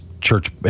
church